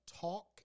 talk